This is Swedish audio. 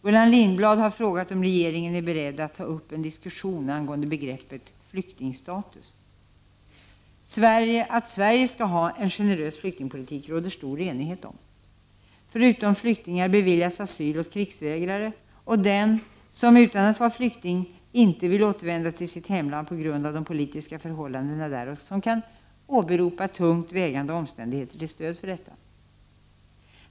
Gullan Lindblad har frågat om regeringen är beredd att ta upp en ny diskussion angående begreppet ”flyktingstatus”. Att Sverige skall ha en generös flyktingpolitik råder det stor enighet om. Förutom åt flyktingar beviljas asyl åt krigsvägrare och den som, utan att vara flykting, inte vill återvända till sitt hemland på grund av de politiska förhållandena där och kan åberopa tungt vägande omständigheter till stöd för detta.